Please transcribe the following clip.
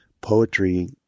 poetry